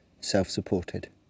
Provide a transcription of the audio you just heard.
self-supported